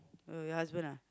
oh your husband ah